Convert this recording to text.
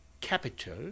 capital